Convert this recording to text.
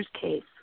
case